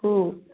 हो